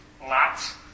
Lots